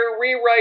rewrite